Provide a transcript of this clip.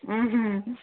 ಹ್ಞೂ ಹ್ಞೂ ಹ್ಞೂ